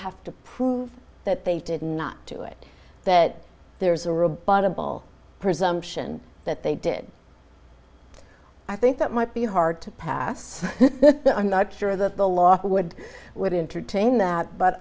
have to prove that they did not do it that there's a robot a bull presumption that they did i think that might be hard to pass i'm not sure that the law would would entertain that but